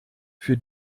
für